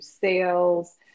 sales